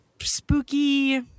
spooky